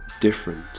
different